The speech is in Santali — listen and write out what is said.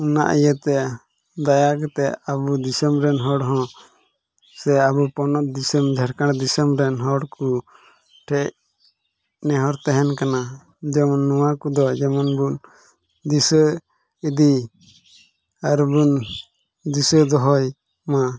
ᱚᱱᱟ ᱤᱭᱟᱹᱛᱮ ᱫᱟᱭᱟ ᱠᱟᱛᱮᱫ ᱟᱵᱚ ᱫᱤᱥᱚᱢ ᱨᱮᱱ ᱦᱚᱲ ᱦᱚᱸ ᱥᱮ ᱟᱵᱚ ᱯᱚᱱᱚᱛ ᱫᱤᱥᱚᱢ ᱡᱷᱟᱲᱠᱷᱚᱸᱰ ᱫᱤᱥᱚᱢ ᱨᱮᱱ ᱦᱚᱲ ᱠᱚᱴᱷᱮᱡ ᱱᱮᱦᱚᱨ ᱛᱟᱦᱮᱱ ᱠᱟᱱᱟ ᱡᱮᱢᱚᱱ ᱱᱚᱣᱟ ᱠᱚᱫᱚ ᱡᱮᱢᱚᱱ ᱵᱚᱱ ᱫᱤᱥᱟᱹ ᱤᱫᱤ ᱟᱨ ᱵᱚᱱ ᱫᱤᱥᱟᱹ ᱫᱚᱦᱚᱭ ᱢᱟ